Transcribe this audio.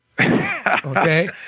Okay